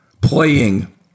playing